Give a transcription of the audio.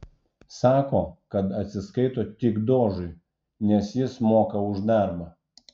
sako kad atsiskaito tik dožui nes jis moka už darbą